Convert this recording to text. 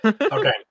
Okay